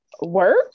Work